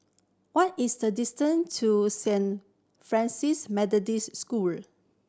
what is the distance to Saint Francis Methodist School